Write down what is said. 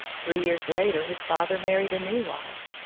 three years later his father married a new wife.